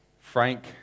Frank